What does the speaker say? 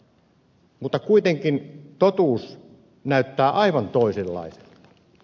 mutta kuitenkin totuus näyttää aivan toisenlaiselta